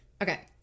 Okay